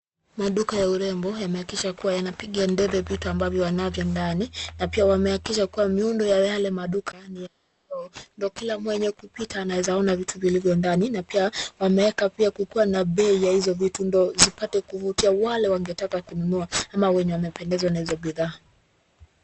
Maduka ya urembo yamehakikisha kuwa yanapiga debe ya vitu ambavyo wanavyo ndani, na pia wamehakikisha kuwa miundo ya yale maduka ni ya vioo, ndo kila anayepita anaweza ona vitu vilivyo ndani. Na pia, wameweka pia kukuwa na bei ya hizo vitu ndo zipate kuvutia wale wangetaka kununua ama wenye wamependezwa na hizo bidhaa.